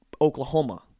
Oklahoma